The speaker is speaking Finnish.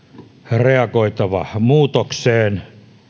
reagoitava muutokseen